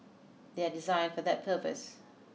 they are designed for that purpose